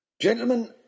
gentlemen